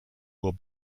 will